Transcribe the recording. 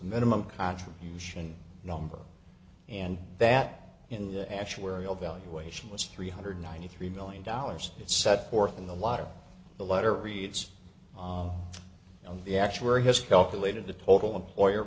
minimum contribution number and that in the actuarial valuation was three hundred ninety three million dollars it's set forth in the water the letter reads the actuary has calculated the total employer